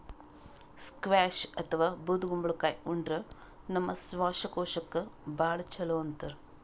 squash ಅಥವಾ ಬೂದ್ ಕುಂಬಳಕಾಯಿ ಉಂಡ್ರ ನಮ್ ಶ್ವಾಸಕೋಶಕ್ಕ್ ಭಾಳ್ ಛಲೋ ಅಂತಾರ್